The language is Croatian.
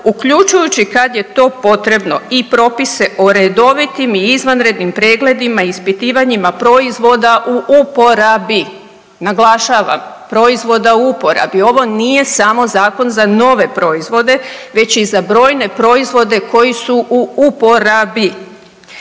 uključujući kada je to potrebno i propise o redovitim i izvanrednim pregledima i ispitivanjima proizvoda u uporabi. Naglašavam proizvoda u uporabi. Ovo nije samo zakon za nove proizvode, već je i za brojne proizvode koji su u uporabi.